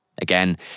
Again